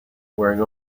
wearing